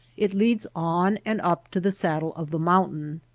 it leads on and up to the saddle of the mountain.